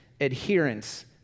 adherence